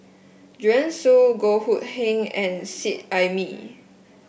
Joanne Soo Goh Hood Keng and Seet Ai Mee